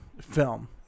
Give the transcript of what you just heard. Film